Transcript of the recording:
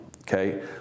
Okay